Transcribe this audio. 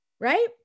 right